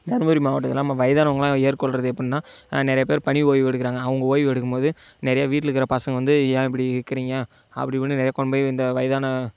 தர்மபுரி மாவட்டத்தில் நம்ம வயதானவங்கலாம் ஏற்க்கொள்கிறது எப்படினா நிறையா பேர் பணி ஓய்வு எடுக்கிறாங்க அவங்க ஓய்வு எடுக்கும் போது நிறைய வீட்டில் இருக்கிற பசங்க வந்து ஏன் இப்படி இருக்குறிங்க அப்படி இப்படீன்னு நிறைய கொண்டு போய் இந்த வயதான